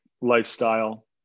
lifestyle